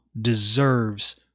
deserves